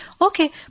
Okay